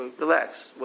Relax